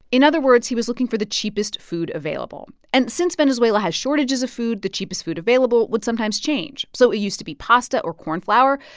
in other words, he was looking for the cheapest food available. and since venezuela has shortages of food, the cheapest food available would sometimes change. so it used to be pasta or cornflower,